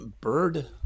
bird